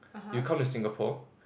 you come to Singapore